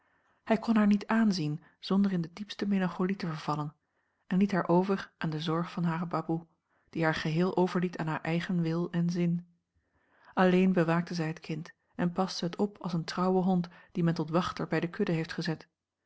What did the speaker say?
hij kon haar niet aanzien zonder in de diepste melancholie te vervallen en liet haar over aan de zorg van hare baboe die haar geheel overliet aan haar eigen wil en zin alleen bewaakte zij het kind en paste het op als een trouwe hond die men tot wachter bij de kudde heeft gezet